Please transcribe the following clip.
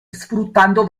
sfruttando